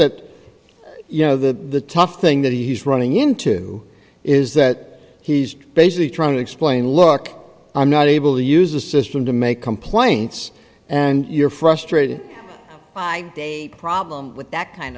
that you know the tough thing that he's running into is that he's basically trying to explain look i'm not able to use a system to make complaints and you're frustrated by a problem with that kind